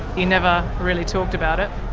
you never really talked about it?